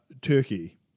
Turkey